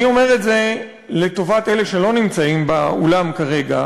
אני אומר את זה לטובת אלה שלא נמצאים באולם כרגע,